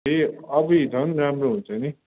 ए अब्बुई झन् राम्रो हुन्छ नि